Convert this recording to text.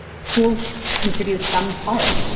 schools contribute some part.